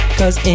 cause